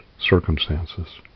circumstances